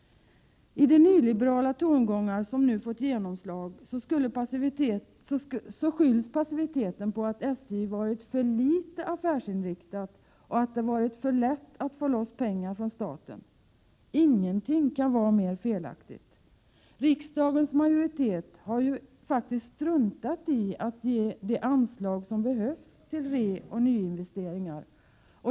I de nyliberala tongångar som nu fått genomslag skylls passiviteten på att SJ varit för litet affärsinriktat och att det varit för lätt att få loss pengar från staten. Ingenting kan vara mer felaktigt! Riksdagens majoritet har ju struntat i att ge de anslag som har behövts till reoch nyinvesteringar.